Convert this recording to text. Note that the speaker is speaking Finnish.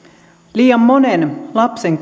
liian monen lapsen